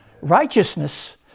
Righteousness